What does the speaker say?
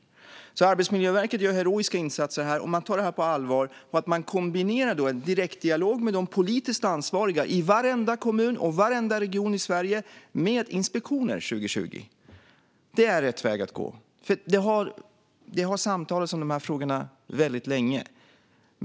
Arbetsmiljöverket gör alltså heroiska insatser, och man tar detta på allvar. Man kombinerar en direktdialog med de politiskt ansvariga i varenda kommun och region i Sverige med inspektioner 2020. Det är rätt väg att gå. Det har samtalats om dessa frågor väldigt länge.